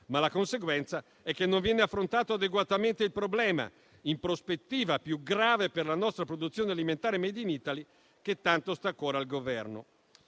La conseguenza è che non viene affrontato adeguatamente il problema, in prospettiva più grave per la nostra produzione alimentare *made in Italy*, che tanto sta a cuore all'attuale